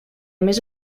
més